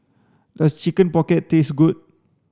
does chicken pocket taste good